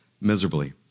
miserably